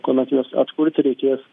kuomet juos atkurti reikės